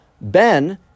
Ben